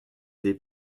des